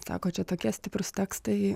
sako čia tokie stiprūs tekstai